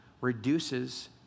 reduces